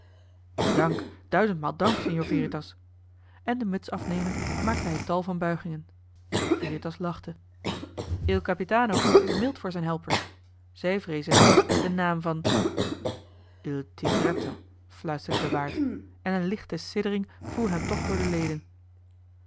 signor veritas en de muts afnemend maakte hij tal van buigingen veritas lachte il capitano is mild voor zijn helpers zij vreezen niet den naam van il tigretto fluisterde de waard en een lichte siddering voer hem toch door de leden